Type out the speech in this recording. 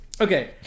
okay